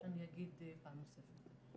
אני אגיד פעם נוספת.